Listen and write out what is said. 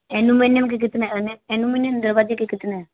aluminium के कितने aluminium दरवाजे के कितने